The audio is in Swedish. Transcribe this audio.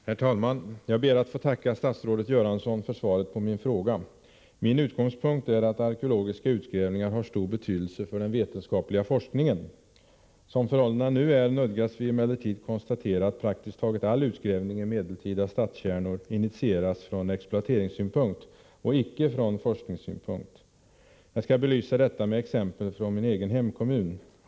Herr talman! Jag ber att få tacka statsrådet Göransson för svaret på min fråga. Min utgångspunkt är att arkeologiska utgrävningar har stor betydelse för den vetenskapliga forskningen. Som förhållandena nu är nödgas vi emellertid konstatera att praktiskt taget all utgrävning i medeltida stadskärnor initieras från exploateringssynpunkt och icke från forskningssynpunkt. Jag skall belysa detta med exempel från min egen hemkommun.